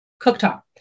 cooktop